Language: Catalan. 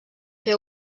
fer